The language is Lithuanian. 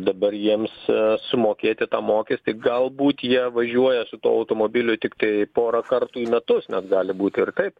dabar jiems sumokėti tą mokestį galbūt jie važiuoja su tuo automobiliu tiktai porą kartų į metus nes gali būti ir taip